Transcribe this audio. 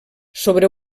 sobre